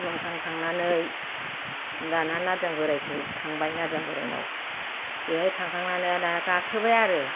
खुलुमखांखांनानै दाना नारजां बोराइखौ थांबाय नारजां बोराइनाव बेहाय थांखानांनानै दाना गाखोबाय आरो